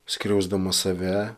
skriausdamas save